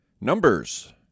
Numbers